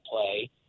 play